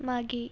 मागे